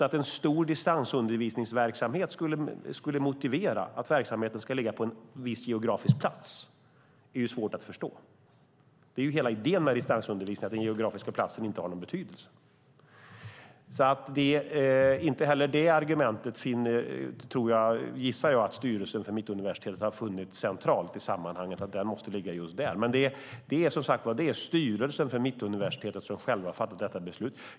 Att en stor distansundervisningsverksamhet skulle motivera att verksamheten ska ligga på en viss geografisk plats är svårt att förstå. Hela idén med distansundervisning är ju att den geografiska platsen inte har någon betydelse. Inte heller det argumentet gissar jag att styrelsen för Mittuniversitetet har funnit vara centralt i sammanhanget, att skolan måste ligga just i Härnösand. Men det är som sagt styrelsen för Mittuniversitetet som själv har fattat detta beslut.